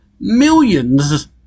millions